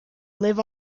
live